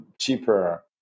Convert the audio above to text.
cheaper